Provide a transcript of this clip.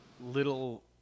little